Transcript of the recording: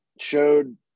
showed